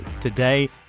Today